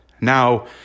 Now